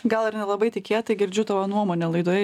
gal ir nelabai tikėtai girdžiu tavo nuomonę laidoje